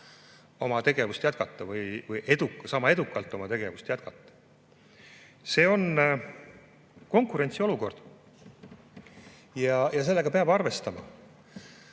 oma tegevust jätkata või sama edukalt oma tegevust jätkata. See on konkurentsiolukord ja sellega peab arvestama.